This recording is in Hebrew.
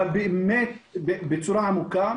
אבל באמת בצורה עמוקה,